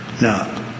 now